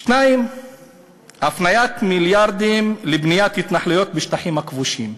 2. הפניית מיליארדים לבניית התנחלויות בשטחים הכבושים.